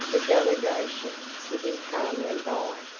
the delegation sitting calmly by,